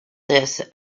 this